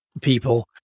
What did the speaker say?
people